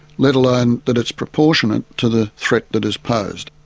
let alone that it's proportionate to the threat that is posed.